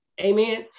Amen